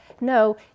No